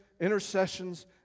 intercessions